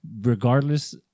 regardless